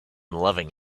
loving